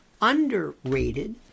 underrated